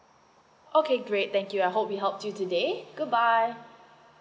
okay great thank you I hope we help you today